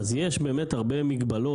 אז יש באמת הרבה מגבלות.